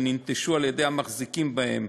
וננטשו על-ידי המחזיקים בהן,